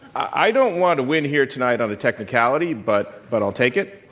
i don't want to win here tonight on a technicality, but but i'll take it.